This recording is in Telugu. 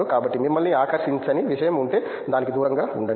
కాబట్టి మిమ్మల్ని ఆకర్షించని విషయం ఉంటే దానికి దూరంగా ఉండండి